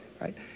Right